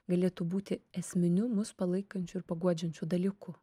galėtų būti esminiu mus palaikančiu ir paguodžiančiu dalyku